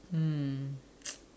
mm